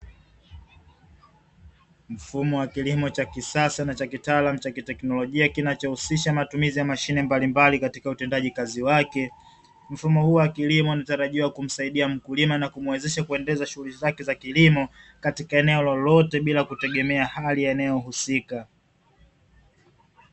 Mfumo wa kilimo cha kisasa na cha kiteknolojia zaidi kinachohusisha matumizi ya mashine mbalimbali katika utendaji kazi wake, mfumo huu wa kilimo unatarajiwa kumsaidia mkulima na kumuwezesha mkulima kuweza kuendesha shughuli zake za kilimo katika eneo lolote bila kutegemea hali ya eneo husika.